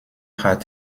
hat